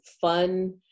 fun